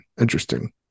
interesting